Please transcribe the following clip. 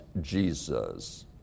Jesus